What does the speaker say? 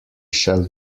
shall